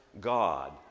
God